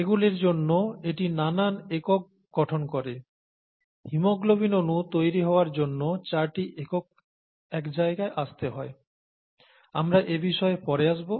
এগুলির জন্য এটি নানান একক গঠন করে হিমোগ্লোবিন অনু তৈরি হওয়ার জন্য চারটি একক একজায়গায় আসতে হয় আমরা এবিষয়ে পরে আসবো